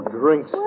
drinks